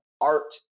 art